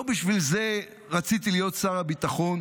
לא בשביל זה רציתי להיות שר הביטחון,